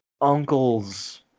uncle's